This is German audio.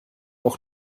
auch